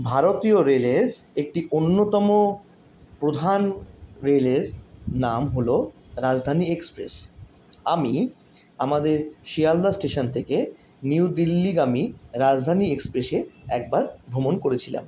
ভারতীয় রেলের একটি অন্যতম প্রধান রেলের নাম হল রাজধানী এক্সপ্রেস আমি আমাদের শিয়ালদা স্টেশন থেকে নিউ দিল্লিগামী রাজধানী এক্সপ্রেসে একবার ভ্রমণ করেছিলাম